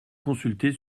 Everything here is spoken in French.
consulter